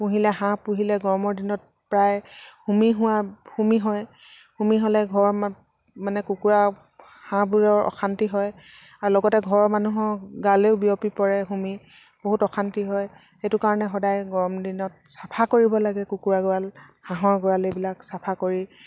পুহিলে হাঁহ পুহিলে গৰমৰ দিনত প্ৰায় সুমি হোৱা সুমি হয় সুমি হ'লে গৰমত মানে কুকুৰা হাঁহবোৰৰ অশান্তি হয় আৰু লগতে ঘৰৰ মানুহৰ গালেও বিয়পি পৰে সুমি বহুত অশান্তি হয় সেইটো কাৰণে সদায় গৰম দিনত চাফা কৰিব লাগে কুকুৰা গঁৰাল হাঁহৰ গঁৰাল এইবিলাক চাফা কৰি